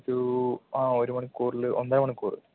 ഒരു ആ ഒരു മണിക്കൂറിൽ ഒന്നര മണിക്കൂർ